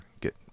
get